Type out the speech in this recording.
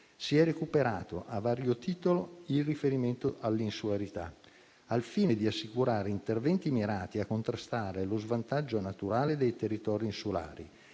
si è recuperato a vario titolo il riferimento all'insularità, al fine di assicurare interventi mirati a contrastare lo svantaggio naturale dei territori insulari